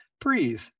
breathe